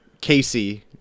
Casey